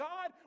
God